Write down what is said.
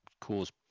cause